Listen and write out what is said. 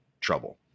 trouble